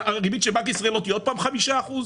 הריבית של בנק ישראל לא תהיה עוד פעם 5 אחוז?